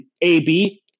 AB